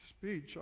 speech